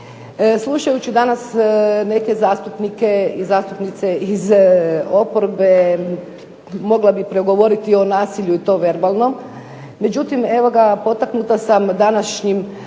Slušajući danas neke zastupnike i zastupnice iz oporbe mogla bih progovoriti i o nasilju i to verbalnom, međutim evo ga potaknuta sam današnjim,